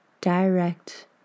direct